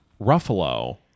Ruffalo